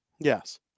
Yes